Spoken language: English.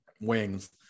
wings